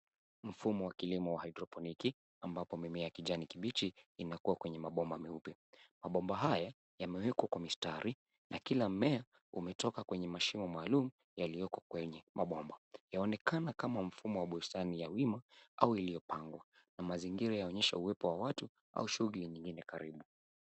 Mfumo wa kilimo wa haidroponiki ambapo mimea ya kijani kibichi inakua kwenye mabomba meupe. Mabomba haya yamewekwa kwa mistari na kila mmea umetoka kwenye mashimo maalum yaliyoko kwenye mabomba. Yaonekana kama mfumo wa bustani ya wima au iliyopandwa na mazingira inaonyesha uwepo wa watu au shughuli nyingine karibu.